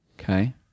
Okay